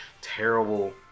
terrible